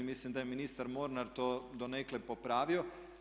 Mislim da je ministar Mornar to donekle popravio.